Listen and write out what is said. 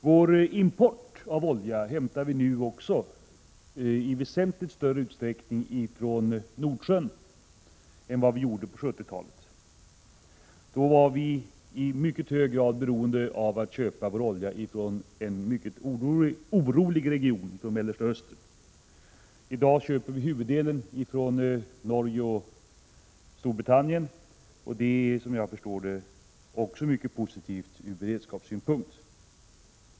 Vår olja hämtar vi nu från Nordsjön i väsentligt större utsträckning än vi 69 gjorde på 1970-talet. Då var vi i mycket hög grad beroende av olja från en orolig region, nämligen från Mellersta Östern. I dag köper vi huvuddelen från Norge och Storbritannien, och det är positivt ur beredskapssynpunkt.